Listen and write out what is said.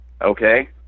okay